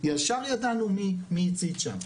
ישר ידענו מי הצית שם.